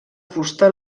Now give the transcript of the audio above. fusta